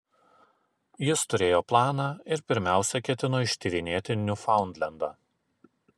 jis turėjo planą ir pirmiausia ketino ištyrinėti niufaundlendą